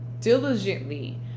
diligently